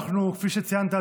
כפי שציינת,